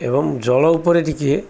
ଏବଂ ଜଳ ଉପରେ ଟିକେ